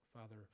Father